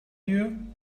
you